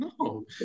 No